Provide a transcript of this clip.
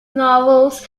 novels